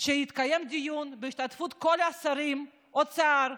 שיתקיים דיון בהשתתפות כל השרים: אוצר,